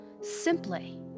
simply